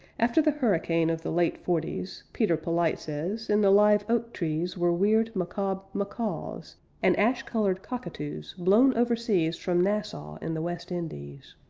after the hurricane of the late forties, peter polite says, in the live-oak trees were weird, macabre macaws and ash-colored cockatoos, blown overseas from nassau and the west indies.